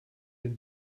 den